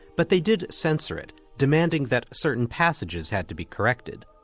but they did sensor it, demanding that certain passages had to be corrected.